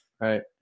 Right